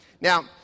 Now